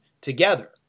together